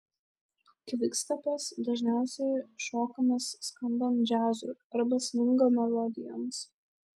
kvikstepas dažniausiai šokamas skambant džiazui arba svingo melodijoms